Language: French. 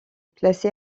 classé